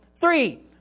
Three